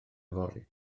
fory